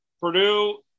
Purdue